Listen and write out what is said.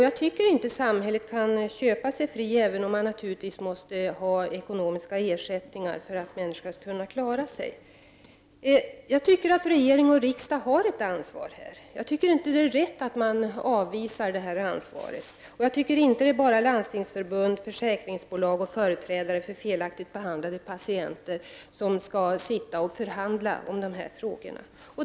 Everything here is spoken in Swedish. Jag tycker inte att samhället kan köpa sig fritt, även om man givetvis måste ha ett system med ekonomisk ersättning så att människor skall kunna klara sig. Regering och riksdag har ett ansvar här, tycker jag. Det är inte rätt att avvisa det ansvaret. Jag tycker inte att det bara är Landstingsförbundet, försäkringsbolag och företrädare för felaktigt behandlade patienter som skall sitta och förhandla om dessa frågor.